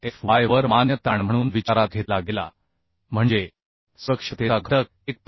6fy वर मान्य ताण म्हणून विचारात घेतला गेला म्हणजे सुरक्षिततेचा घटक 1